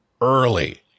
early